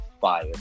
fire